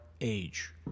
Age